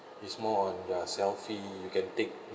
it's more on ya selfie you can take